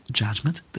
judgment